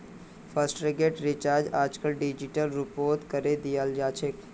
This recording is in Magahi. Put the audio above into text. फासटैगेर रिचार्ज आजकल डिजिटल रूपतों करे दियाल जाछेक